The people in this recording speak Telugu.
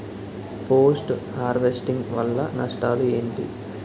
పోస్ట్ హార్వెస్టింగ్ వల్ల నష్టాలు ఏంటి?